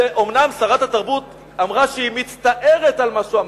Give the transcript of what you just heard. אומנם שרת התרבות אמרה שהיא מצטערת על מה שהוא אמר,